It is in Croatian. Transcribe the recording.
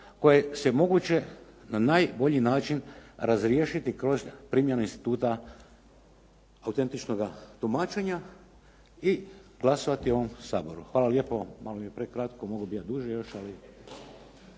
koje se moguće na najbolji način razriješiti kroz primjenu instituta autentičnoga tumačenja i glasovati u ovom Saboru. Hvala lijepo. Malo mi je prekratko, mogao bih ja duže još, ali.